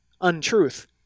untruth